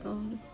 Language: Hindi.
और